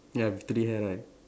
ya with three hair right